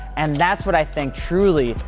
and that's what i think truly,